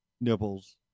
nipples